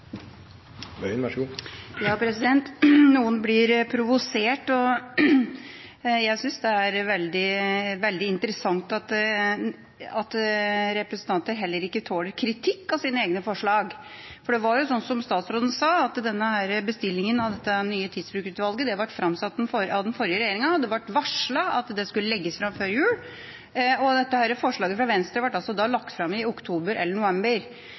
veldig interessant at representanter heller ikke tåler kritikk av sine egne forslag, for det var jo sånn, som statsråden sa, at bestillinga av det nye tidsbrukutvalget ble framsatt av den forrige regjeringa, og det ble varslet at det skulle legges fram før jul, og forslaget fra Venstre ble lagt fram i oktober eller november.